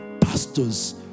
pastors